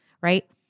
right